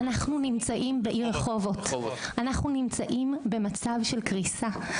אנחנו, בעיר רחובות, נמצאים במצב של קריסה.